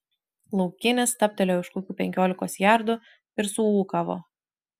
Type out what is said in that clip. laukinis stabtelėjo už kokių penkiolikos jardų ir suūkavo